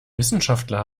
wissenschaftler